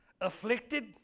afflicted